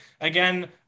Again